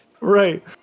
Right